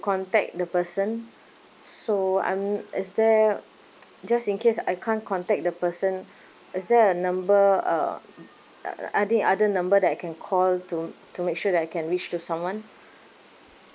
contact the person so I'm is there just in case I can't contact the person is there a number err are there other number that I can call to to make sure that I can reach to someone